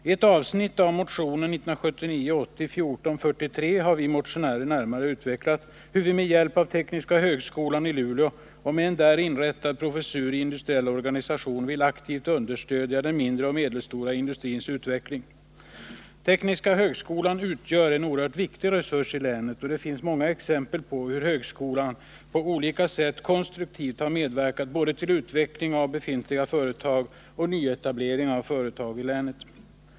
I ett avsnitt av motionen 1979/80:1443 har vi motionärer närmare utvecklat hur vi med hjälp av tekniska högskolan i Luleå och en där inrättad professur i industriell organisation vill aktivt understödja den mindre och medelstora industrins utveckling. Tekniska högskolan utgör en oerhört viktig resurs i länet, och det finns många exempel på hur högskolan på olika sätt konstruktivt har medverkat, både till utveckling av befintliga företag och till nyetablering av företag i länet.